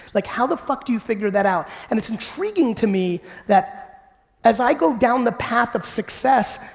like how the fuck do you figure that out? and it's intriguing to me that as i go down the path of success,